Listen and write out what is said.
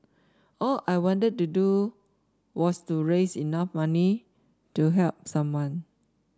all I wanted to do was to raise enough money to help someone